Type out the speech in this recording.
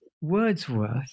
wordsworth